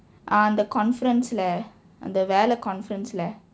அந்த:andtha conference வேலை:veelai conference